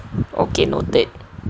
okay noted